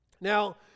Now